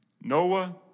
Noah